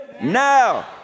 Now